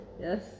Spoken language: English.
Yes